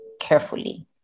carefully